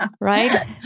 right